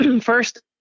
first